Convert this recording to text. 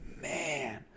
Man